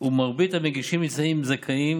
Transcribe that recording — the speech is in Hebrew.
ומרבית המגישים נמצאים זכאים.